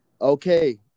Okay